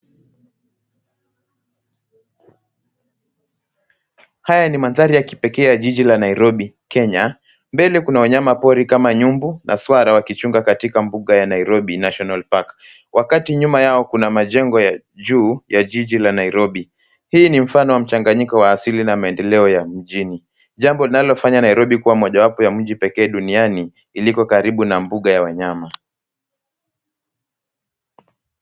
Haya ni mandhari ya kipekee ya jiji la Nairobi Kenya. Mbele kuna wanyamapori kama nyumbu na swara wakichunga katika mbuga ya Nairobi National Park . Wakati nyuma yao kuna majengo ya juu ya jiji la Nairobi. Hii ni mfano wa mchanganyiko wa asili na maendeleo ya mjini. Jambo linalofanya Nairobi kuwa mojawapo ya mji pekee duniani iliko karibu na mbuga ya wanyama.